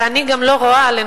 ואני גם לא רואה,